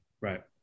right